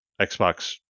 Xbox